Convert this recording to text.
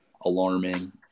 alarming